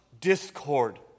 discord